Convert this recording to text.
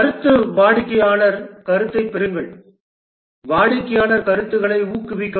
கருத்து வாடிக்கையாளர் கருத்தைப் பெறுங்கள் வாடிக்கையாளர் கருத்துக்களை ஊக்குவிக்கவும்